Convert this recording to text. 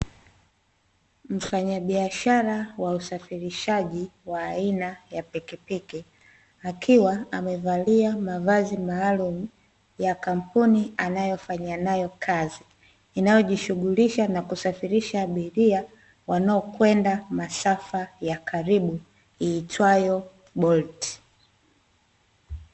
Mfanyabiashara wa usafirishaji wa aina ya pikipiki akiwa amevalia mavazi maalumu ya kampuni anayofanya nayo kazi, inayo jishughulisha na kusafirisha abiria wanaokwenda masafa ya karibu iitwayo BOLT.